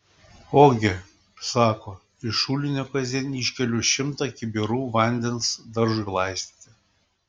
ogi sako iš šulinio kasdien iškeliu šimtą kibirų vandens daržui laistyti